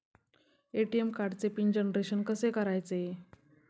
ATM कार्डचे pin generation कसे करायचे?